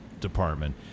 department